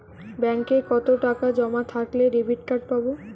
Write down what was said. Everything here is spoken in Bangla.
ব্যাঙ্কে কতটাকা জমা থাকলে ডেবিটকার্ড পাব?